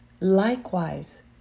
Likewise